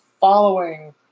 following